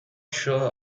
sure